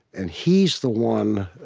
and he's the one